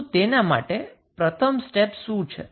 તો તેના માટેનું પ્રથમ સ્ટેપ શું છે